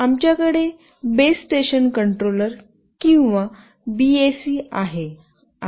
आमच्याकडे base station controller किंवा BSC आहे